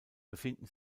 befinden